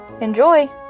Enjoy